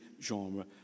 genre